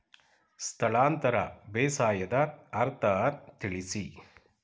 ಸ್ಥಳಾಂತರ ಬೇಸಾಯದ ಅರ್ಥ ತಿಳಿಸಿ?